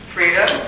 Freedom